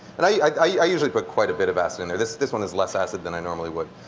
and i i usually put quite a bit of acid in there. this this one is less acid than i normally would.